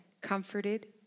comforted